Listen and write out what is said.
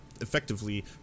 effectively